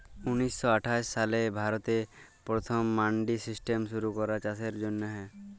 উনিশ শ আঠাশ সালে ভারতে পথম মাল্ডি সিস্টেম শুরু ক্যরা চাষের জ্যনহে